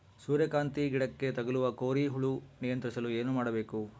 ಸೂರ್ಯಕಾಂತಿ ಗಿಡಕ್ಕೆ ತಗುಲುವ ಕೋರಿ ಹುಳು ನಿಯಂತ್ರಿಸಲು ಏನು ಮಾಡಬೇಕು?